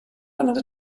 another